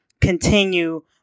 continue